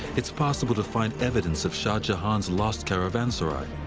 it's possible to find evidence of shah jahan's lost caravanserai.